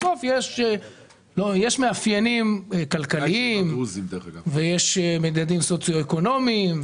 בסוף יש מאפיינים כלכליים ויש גם מדדים סוציו-אקונומיים,